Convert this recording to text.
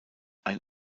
ein